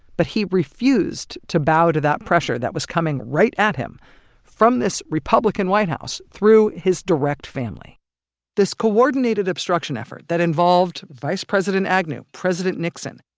but he refused to bow to that pressure that was coming right at him from this republican white house, through his direct family this coordinated obstruction effort that involved vice president agnew, president nixon,